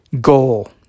goal